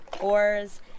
oars